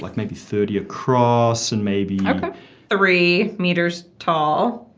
like maybe thirty across. and maybe three meters tall.